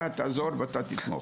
אתה תעזור ואתה תתמוך.